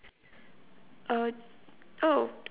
uh oh